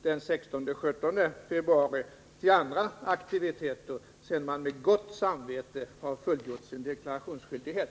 den 16-17 februari, till andra aktiviteter, sedan man med gott samvete har fullgjort sin deklarationsskyldighet?